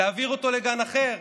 להעביר אותו לגן אחר,